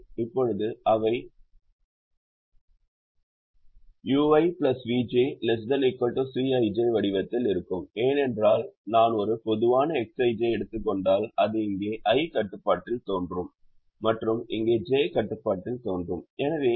இப்போது அவை ui vj ≤ Cij வடிவத்தில் இருக்கும் ஏனென்றால் நான் ஒரு பொதுவான Xij எடுத்துக் கொண்டால் அது இங்கே i கட்டுப்பாட்டில் தோன்றும் மற்றும் இங்கே j கட்டுப்பாட்டில் தோன்றும்